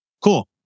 Cool